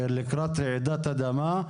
לקראת רעידת אדמה.